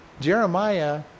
Jeremiah